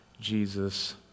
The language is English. Jesus